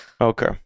Okay